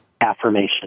affirmation